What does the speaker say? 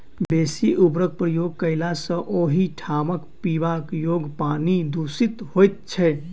बेसी उर्वरकक प्रयोग कयला सॅ ओहि ठामक पीबा योग्य पानि दुषित होइत छै